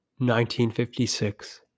1956